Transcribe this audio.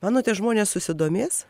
manote žmonės susidomės